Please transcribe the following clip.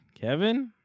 Kevin